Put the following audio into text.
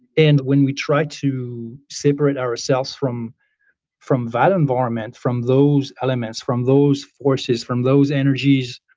and when we try to separate ourselves from from that environment, from those elements, from those forces, from those energies,